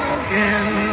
again